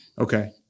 Okay